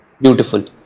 Beautiful